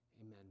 Amen